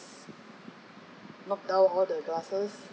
knock down all the glasses